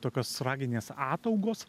tokios raginės ataugos